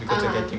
(uh huh)